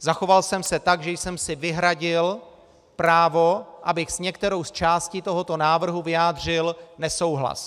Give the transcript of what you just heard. zachoval jsem se tak, že jsem si vyhradil právo, abych s některou z částí tohoto návrhu vyjádřil nesouhlas.